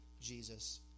Jesus